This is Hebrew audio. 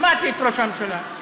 שמעתי את ראש הממשלה,